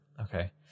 Okay